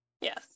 Yes